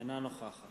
אינה נוכחת